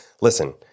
listen